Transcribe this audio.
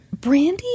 Brandy